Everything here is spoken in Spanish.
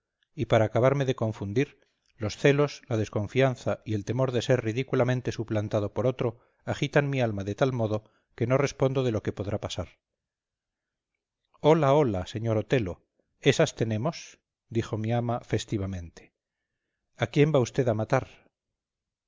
y para acabarme de confundir los celos la desconfianza y el temor de ser ridículamente suplantado por otro agitan mi alma de tal modo que no respondo de lo que podrá pasar hola hola señor otelo esas tenemos dijo mi ama festivamente a quién va usted a matar